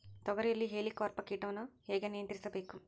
ತೋಗರಿಯಲ್ಲಿ ಹೇಲಿಕವರ್ಪ ಕೇಟವನ್ನು ಹೇಗೆ ನಿಯಂತ್ರಿಸಬೇಕು?